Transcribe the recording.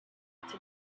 had